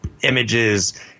images